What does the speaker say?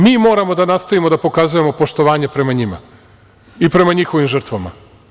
Mi moramo da nastavimo da pokazujemo poštovanje prema njima i prema njihovim žrtvama.